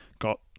got